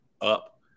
up